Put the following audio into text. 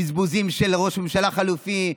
בזבוזים על ראש ממשלה חלופי,